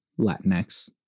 Latinx